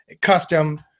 custom